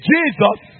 Jesus